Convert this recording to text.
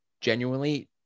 genuinely